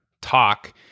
talk